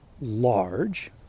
large